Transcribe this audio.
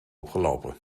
opgelopen